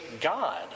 God